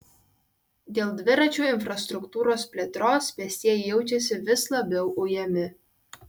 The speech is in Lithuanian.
dėl dviračių infrastruktūros plėtros pėstieji jaučiasi vis labiau ujami